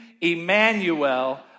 Emmanuel